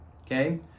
okay